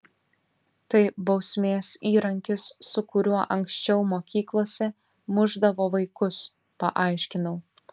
tai bausmės įrankis su kuriuo anksčiau mokyklose mušdavo vaikus paaiškinau